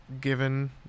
given